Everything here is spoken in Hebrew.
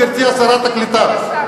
גברתי שרת הקליטה.